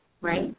right